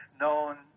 known